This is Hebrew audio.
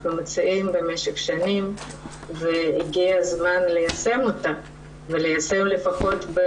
אנחנו מציעים כבר במשך שנים והגיע הזמן ליישם אותה ולפחות ליישם